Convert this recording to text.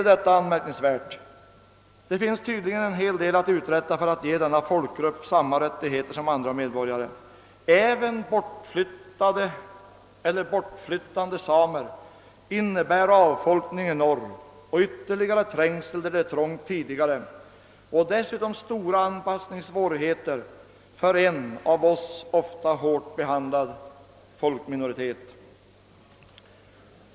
Det finns tydligen en hel del att uträtta för att ge denna folkgrupp samma rättigheter som andra medborgare. Även bortflyttande samer innebär avfolkning i norr och ytterligare trängsel där det är trångt tidigare och dessutom stora anpassningssvårigheter för en ofta hårt behandlad folkminoritet.